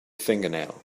fingernail